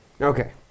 Okay